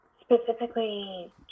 specifically